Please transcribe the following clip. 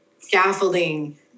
Scaffolding